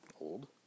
old